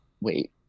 wait